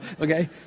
okay